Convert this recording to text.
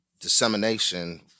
dissemination